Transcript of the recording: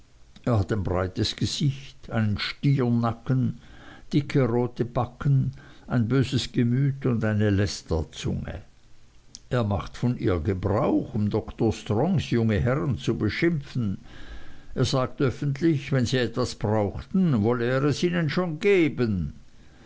er hat ein breites gesicht einen stiernacken dicke rote backen ein böses gemüt und eine lästerzunge er macht von ihr gebrauch um dr strongs junge herren zu beschimpfen er sagt öffentlich wenn sie etwas brauchten wolle er es ihnen schon geben